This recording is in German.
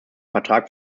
vertrag